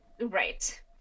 Right